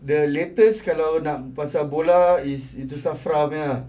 the latest kalau nak pasal bola is itu SAFRA punya